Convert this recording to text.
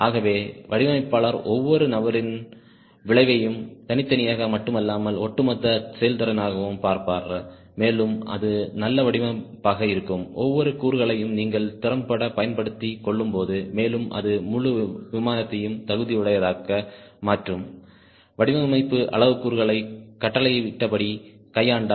ஆகவே வடிவமைப்பாளர் ஒவ்வொரு நபரின் விளைவையும் தனித்தனியாக மட்டுமல்லாமல் ஒட்டுமொத்த செயல்திறனாகவும் பார்ப்பார் மேலும் அது நல்ல வடிவமைப்பாக இருக்கும் ஒவ்வொரு கூறுகளையும் நீங்கள் திறம்பட பயன்படுத்திக் கொள்ளும்போது மேலும் அது முழு விமானத்தையும் தகுதியுடையதாக மாற்றும் வடிவமைப்பு அளவுருக்களை கட்டளையிட்டபடி கையாண்டால்